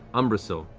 umbrasyl